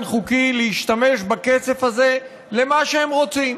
חוקי להשתמש בכסף הזה למה שהם רוצים.